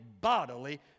bodily